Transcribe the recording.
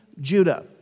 Judah